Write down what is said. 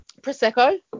Prosecco